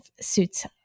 suits